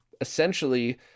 essentially